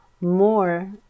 more